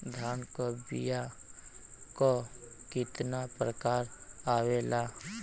धान क बीया क कितना प्रकार आवेला?